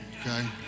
okay